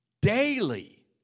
daily